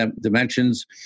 dimensions